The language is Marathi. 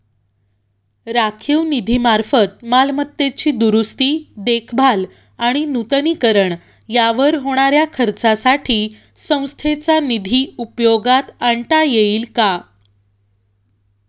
राखीव निधीमार्फत मालमत्तेची दुरुस्ती, देखभाल आणि नूतनीकरण यावर होणाऱ्या खर्चासाठी संस्थेचा निधी उपयोगात आणता येईल का?